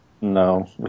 No